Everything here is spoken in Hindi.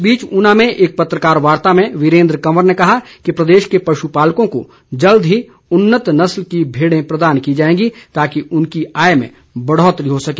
इस बीच ऊना में एक पत्रकार वार्ता में वीरेन्द्र कंवर ने कहा कि प्रदेश के पशु पालकों को जल्द ही उन्नत नस्ल की भेड़ें प्रदान की जाएंगी ताकि उनकी आय में बढ़ोतरी हो सके